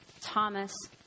Thomas